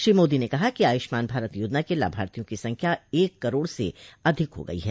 श्री मोदी ने कहा कि आयुष्मान भारत योजना के लाभार्थियों की संख्या एक करोड़ से अधिक हो गई हैं